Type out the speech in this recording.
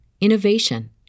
innovation